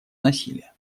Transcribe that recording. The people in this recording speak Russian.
насилия